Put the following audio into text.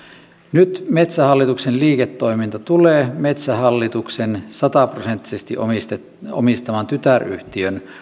nyt metsähallituksen liiketoiminta tulee metsähallituksen sataprosenttisesti omistaman tytäryhtiön